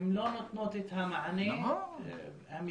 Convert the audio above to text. הן לא נותנות את המענה המקיף.